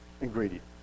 ingredient